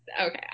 Okay